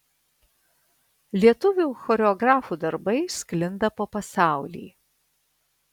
lietuvių choreografų darbai sklinda po pasaulį